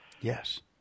Yes